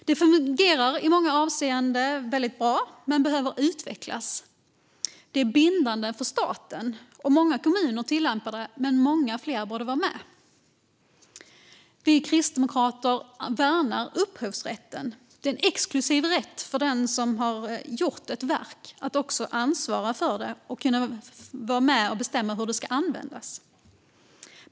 Det fungerar i många avseenden väldigt bra men behöver utvecklas. Det är bindande för staten, och många kommuner tillämpar det. Men många fler borde vara med. Vi kristdemokrater värnar upphovsrätten. Det är en exklusiv rätt för den som har skapat ett verk att ansvara för det och vara med och bestämma över hur det ska användas.